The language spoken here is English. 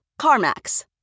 CarMax